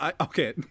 okay